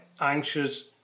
anxious